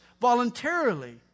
voluntarily